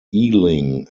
ealing